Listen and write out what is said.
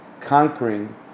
Conquering